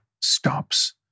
stops